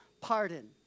Pardon